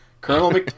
Colonel